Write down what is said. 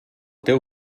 teu